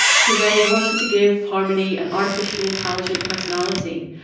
so they wanted to give harmony an artificially intelligent personality,